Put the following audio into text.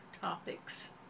topics